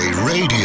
radio